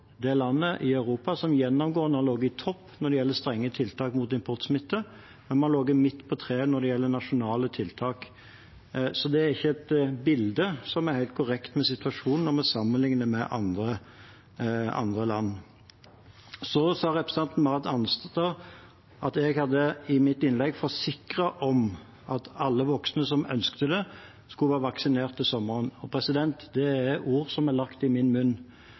det landet i Europa som gjennomgående har ligget i toppen når det gjelder strenge tiltak mot importsmitte, men vi har ligget midt på treet når det gjelder nasjonale tiltak, så det er ikke et bilde som er helt korrekt av situasjonen når vi sammenligner med andre land. Så sa representanten Marit Arnstad at jeg i mitt innlegg hadde forsikret om at alle voksne som ønsket det, skulle være vaksinert til sommeren. Det er ord som er lagt i min munn.